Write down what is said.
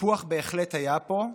קיפוח בהחלט היה פה,